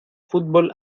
fútbol